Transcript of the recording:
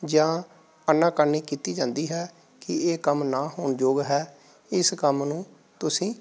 ਜਾਂ ਆਨਾ ਕਾਨੀ ਕੀਤੀ ਜਾਂਦੀ ਹੈ ਕਿ ਇਹ ਕੰਮ ਨਾ ਹੋਣ ਯੋਗ ਹੈ ਇਸ ਕੰਮ ਨੂੰ ਤੁਸੀਂ